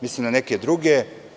Mislim na neke druge.